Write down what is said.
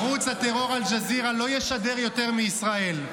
ערוץ הטרור אל-ג'זירה לא ישדר יותר מישראל.